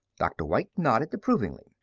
dr. white nodded approvingly.